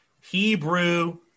hebrew